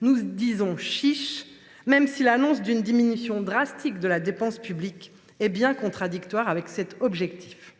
Nous disons :« chiche !», même si l’annonce d’une diminution drastique de la dépense publique est contradictoire avec cet objectif.